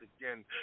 again